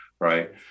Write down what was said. right